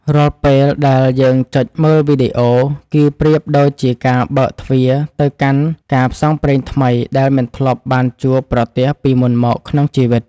រាល់ពេលដែលយើងចុចមើលវីដេអូគឺប្រៀបដូចជាការបើកទ្វារទៅកាន់ការផ្សងព្រេងថ្មីដែលមិនធ្លាប់បានជួបប្រទះពីមុនមកក្នុងជីវិត។